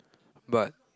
but